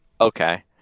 Okay